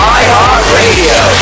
iHeartRadio